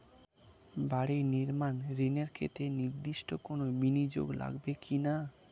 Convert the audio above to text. বাড়ি নির্মাণ ঋণের ক্ষেত্রে নির্দিষ্ট কোনো বিনিয়োগ লাগবে কি না?